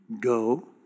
Go